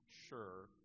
sure